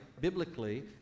biblically